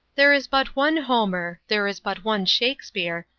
there is but one homer, there is but one shakespeare,